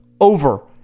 over